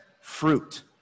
fruit